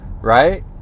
right